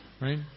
Right